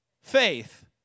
faith